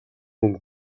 мөнгө